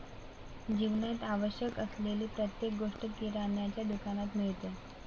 जीवनात आवश्यक असलेली प्रत्येक गोष्ट किराण्याच्या दुकानात मिळते